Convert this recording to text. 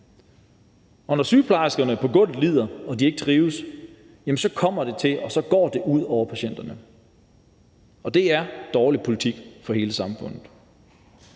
Når sygeplejerskerne på gulvet lider og de ikke trives, kommer det til at gå ud over patienterne, og det er dårlig politik for hele samfundet.